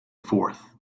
forth